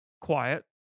quiet